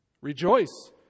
Rejoice